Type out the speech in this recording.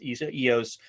EOS